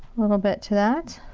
little bit to that.